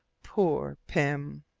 poor pym!